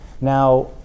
Now